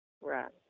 Right